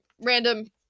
random